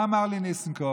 מה אמר לי ניסנקורן?